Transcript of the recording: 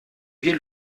hier